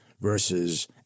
versus—